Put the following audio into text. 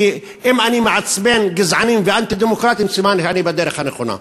כי אם אני מעצבן גזענים ואנטי-דמוקרטים סימן שאני בדרך הנכונה.